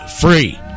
free